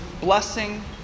blessing